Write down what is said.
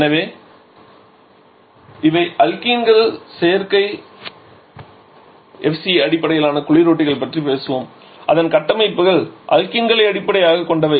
எனவே இவை அல்கின்கள் செயற்கை FC அடிப்படையிலான குளிரூட்டிகளைப் பற்றி பேசுவோம் அதன் கட்டமைப்புகள் அல்கீன்களை அடிப்படையாகக் கொண்டவை